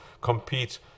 compete